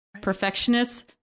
Perfectionists